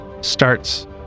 Starts